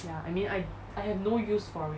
ya I mean I I have no use for it